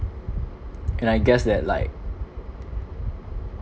and I guess that like